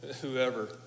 whoever